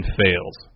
fails